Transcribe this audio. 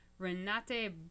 Renate